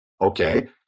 Okay